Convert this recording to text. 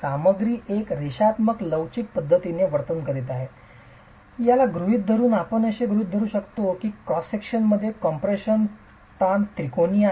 सामग्री एक रेषात्मक लवचिक पद्धतीने वर्तन करीत आहे या गृहित धरून आपण असे गृहित धरू शकतो की क्रॉस विभागा मध्ये कॉम्प्रेशन ताण त्रिकोणी